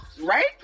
right